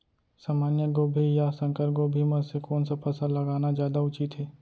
सामान्य गोभी या संकर गोभी म से कोन स फसल लगाना जादा उचित हे?